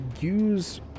use